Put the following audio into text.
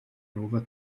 nova